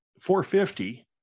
450